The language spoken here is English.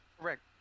Correct